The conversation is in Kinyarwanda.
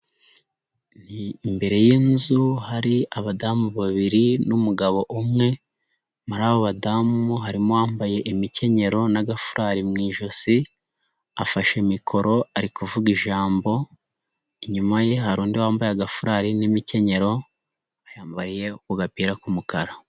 Imbere y'inzu hari abadamu babiri n'umugabo umwe muri abo badamu harimo uwambaye imikenyero n'agafurari mu ijosi, afashe mikoro ari kuvuga ijambo, inyuma ye hari undi wambaye agafurari n'imikenyero ayambariye ku gapira k'umukara.